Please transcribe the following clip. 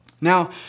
Now